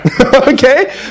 Okay